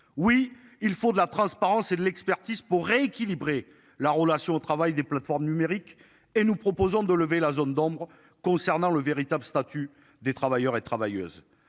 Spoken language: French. Oui, il faut de la transparence et de l'expertise pour rééquilibrer la relation au travail des plateformes numériques et nous proposons de lever la zone d'ombres concernant le véritable statut des travailleurs et travailleuses